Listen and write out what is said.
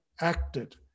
acted